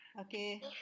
Okay